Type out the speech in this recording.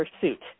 pursuit